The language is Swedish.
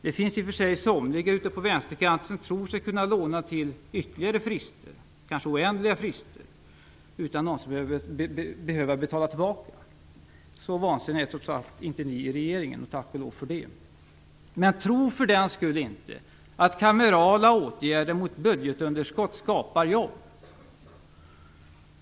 Det finns somliga ute på vänsterkanten som tror sig kunna låna sig till ytterligare frister - kanske oändliga frister - utan att någonsin behöva betala tillbaka. Så vansinniga är trots allt inte ni i regeringen, och tack och lov för det! Men tro för den skull inte att kamerala åtgärder mot budgetunderskott skapar jobb.